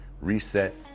reset